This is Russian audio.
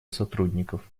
сотрудников